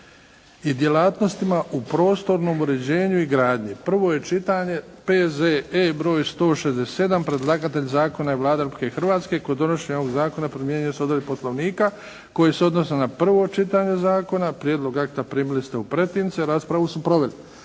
i djelatnostima u prostornom uređenju i gradnji, prvo je čitanje, P.Z.E. br. 167 Predlagatelj zakona je Vlada Republike Hrvatske. Kod donošenja ovog zakona primjenjuju se odredbe Poslovnika koji se odnose na prvo čitanje zakona. Prijedlog akta primili ste u pretince. Raspravu su proveli